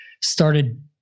started